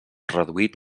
reduït